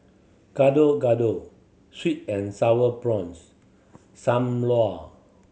Gado Gado sweet and Sour Prawns Sam Lau